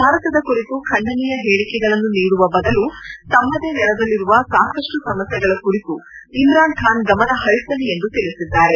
ಭಾರತದ ಕುರಿತು ಖಂಡನೀಯ ಹೇಳಿಕೆಗಳನ್ನು ನೀಡುವ ಬದಲು ತಮ್ಮದೇ ನೆಲದಲ್ಲಿರುವ ಸಾಕಷ್ಟು ಸಮಸ್ಥೆಗಳ ಕುರಿತು ಇಮ್ರಾನ್ ಖಾನ್ ಗಮನ ಹರಿಸಲಿ ಎಂದು ತಿಳಿಸಿದ್ದಾರೆ